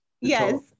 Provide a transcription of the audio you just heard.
Yes